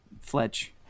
Fletch